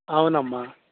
అవునమ్మా